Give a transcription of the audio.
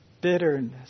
bitterness